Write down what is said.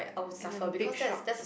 is a big shock